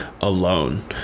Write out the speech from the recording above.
alone